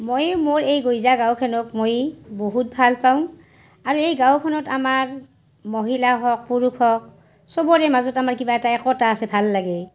মই মোৰ এই গজিয়া গাঁওখনক মই বহুত ভাল পাওঁ আৰু এই গাঁওখনত আমাৰ মহিলা হওক পুৰুষ হওক চবৰে মাজত আমাৰ কিবা এটা একতা আছে ভাল লাগে